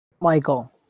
michael